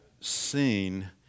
seen